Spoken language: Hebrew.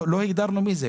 לא הגדרנו מי זה,